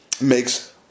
makes